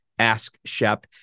AskShep